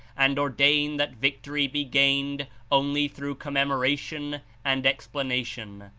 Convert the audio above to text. and ordain that victory be gained only through commemoration and explanation.